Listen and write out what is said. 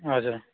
हजुर